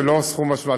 זה לא סכום השוואה.